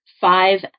five